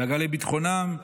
דאגה לביטחונם,